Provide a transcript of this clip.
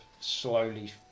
slowly